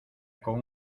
con